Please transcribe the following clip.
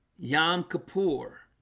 yom kippur